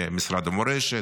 למשרד המורשת,